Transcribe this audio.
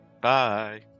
Bye